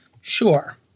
Sure